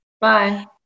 Bye